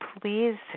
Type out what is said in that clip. please